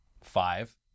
five